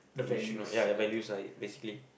you should know ya your values lah basically